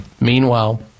Meanwhile